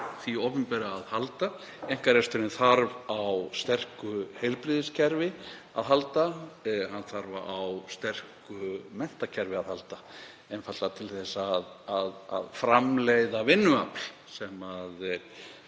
því opinbera að halda. Einkareksturinn þarf á sterku heilbrigðiskerfi að halda. Hann þarf á sterku menntakerfi að halda, einfaldlega til þess að framleiða vinnuafl og